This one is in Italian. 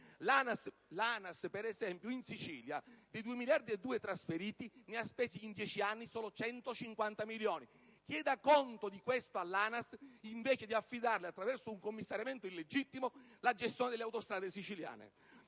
L'ANAS, per esempio, in Sicilia, dei 2,2 miliardi di euro trasferiti ha speso in 10 anni solo 150 milioni di euro. Chieda conto di questo all'ANAS invece di affidarle, attraverso un commissariamento illegittimo, la gestione delle autostrade siciliane.